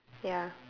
ya